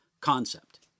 concept